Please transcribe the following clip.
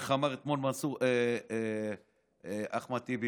איך אמר אתמול אחמד טיבי,